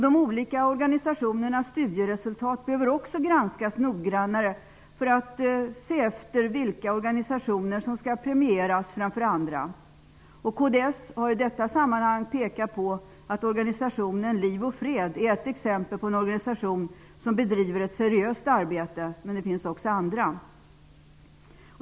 De olika organisationernas studieresultat behöver också granskas noggrannare, för att visa vilka organisationer som skall premieras framför andra. Kds har i detta sammanhang pekat på att Liv och fred är en organisation som bedriver ett seriöst arbete. Men det finns också andra.